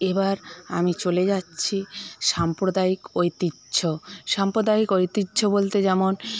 এবার আমি চলে যাচ্ছি সাম্প্রদায়িক ঐতিহ্য সাম্প্রদায়িক ঐতিহ্য বলতে যেমন